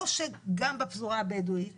או שגם בפזורה הבדואית